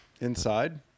Inside